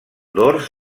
dors